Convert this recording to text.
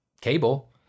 cable